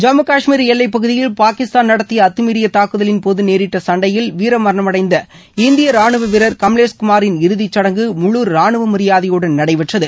ஜம்மு காஷ்மீர் எல்லைப் பகுதியில் பாகிஸ்தான் நடத்திய அத்துமீறிய தாக்குதலின் போது நேரிட்ட சண்டயில் வீர மரணமடைந்த இந்திய ரானுவ வீரர் கமலேஷ் குமாரின் இறுதிச்சடங்கு முழு ரானுவ மரியாதையுடன் நடைபெற்றது